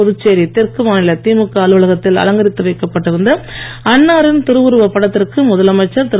புதுச்சேரி தெற்கு மாநில திமுக அலுவலகத்தில் அலங்கரித்து வைக்கப்பட்டிருந்த அன்னாரின் திருவுருவப் படத்திற்கு முதலமைச்சர் திரு